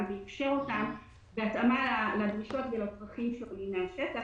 ואיפשר אותם בהתאמה לדרישות ולצרכים שרואים מן השטח,